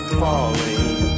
falling